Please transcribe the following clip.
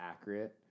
accurate